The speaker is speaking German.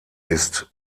ist